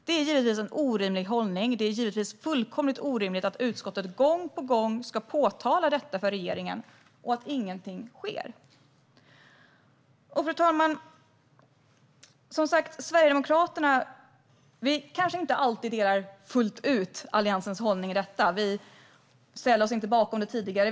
Det är givetvis en orimlig hållning, och det är givetvis fullkomligt orimligt att utskottet gång på gång ska påpeka detta för regeringen utan att någonting sker. Fru talman! Sverigedemokraterna kanske inte alltid och fullt ut delar Alliansens hållning i detta. Vi ställde oss inte bakom det tidigare.